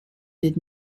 did